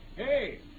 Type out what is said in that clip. Hey